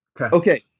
Okay